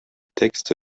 texte